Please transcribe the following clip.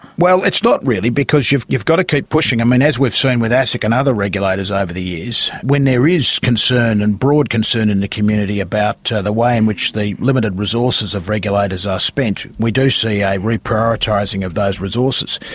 well, it's not really because you've you've got to keep pushing. um and as we've so seen with asic and other regulators over the years, when there is concern and broad concern in the community about the way in which the limited resources of regulators are spent, we do see a reprioritising of those resources.